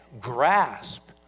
grasp